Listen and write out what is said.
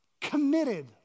committed